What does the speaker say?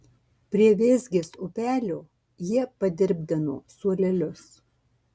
prie vėzgės upelio jie padirbdino suolelius